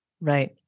Right